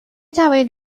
توانید